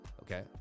Okay